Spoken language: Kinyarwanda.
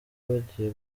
bagiye